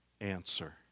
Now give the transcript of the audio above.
answer